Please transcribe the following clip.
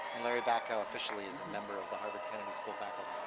larry bacow officially is a member of the harvard kennedy school faculty.